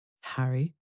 Harry